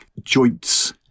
joints